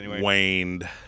waned